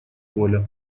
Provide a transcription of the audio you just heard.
коля